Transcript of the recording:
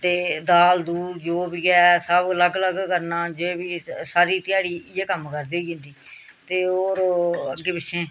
ते दाल दुल जो बी ऐ सब अलग अलग करना जे बी सारी ध्याड़ी इ'यै कम्म करदे होई जंदी ते होर ओह् अग्गें पिच्छें